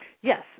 Yes